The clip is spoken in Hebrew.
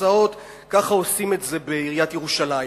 כך עושים את זה בעיריית ירושלים.